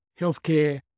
Healthcare